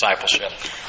discipleship